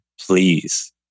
please